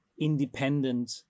independent